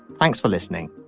thanks for listening